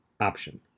option